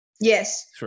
Yes